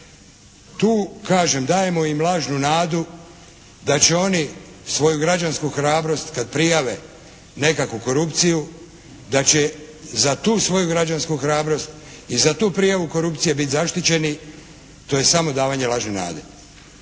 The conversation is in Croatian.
dajemo im lažnu nadu da će oni svoju građansku hrabrost kad prijave nekakvu korupciju da će za tu svoju građansku hrabrost i za tu prijavu korupcije biti zaštićeni to je samo davanje lažne nade.